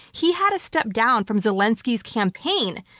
he had to step down from zelensky's campaign.